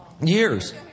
Years